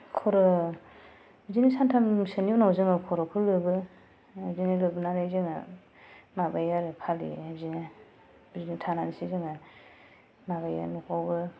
खर' बिदिनो सानथामसोनि उनाव जोङो खर'खौ लोबो बिदिनो लोबनानै जोङो माबायो आरो फालियो बिदिनो बिदिनो थानांसै जोङो माबायो लोब बावो